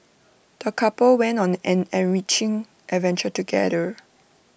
the couple went on an enriching adventure together